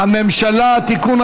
הממשלה (תיקון,